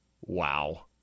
Wow